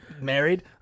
married